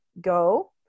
go